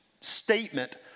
statement